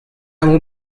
will